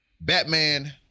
Batman